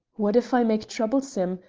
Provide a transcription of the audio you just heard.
what if i make trouble, sim,